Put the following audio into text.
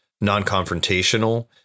non-confrontational